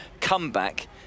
comeback